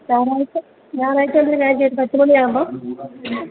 ഞായറാഴ്ച ഞായറാഴ്ച എന്നാ ഒരു കാര്യം ചെയ്യാം പത്തുമണിയാകുമ്പം